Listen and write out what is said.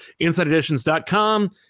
InsideEditions.com